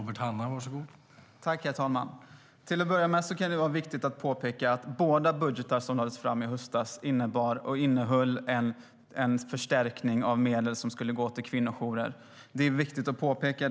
Herr talman! Till att börja med kan det vara viktigt att påpeka att båda budgetarna som lades fram i höstas innehöll en förstärkning av medel som skulle gå till kvinnojourer. Det är viktigt att påpeka.